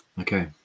Okay